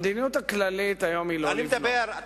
המדיניות הכללית היום היא לא לבנות.